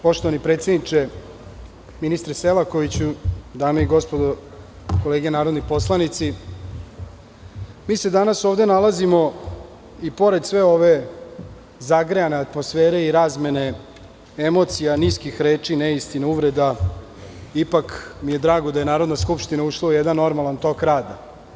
Poštovani predsedniče, ministre Selakoviću, dame i gospodo kolege narodni poslanici, pored sve ove zagrejane atmosfere i razmene emocija, niskih reči, neistina, uvreda, ipak mi je drago da je Narodna skupština ušla u jedan normalan tok rada.